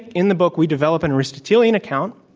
in the book, we develop an aristotelian account,